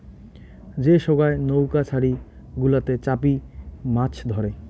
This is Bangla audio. যে সোগায় নৌউকা ছারি গুলাতে চাপি মাছ ধরে